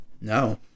No